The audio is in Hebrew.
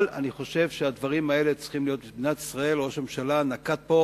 אבל אני חושב שראש הממשלה נקט פה